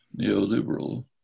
neoliberal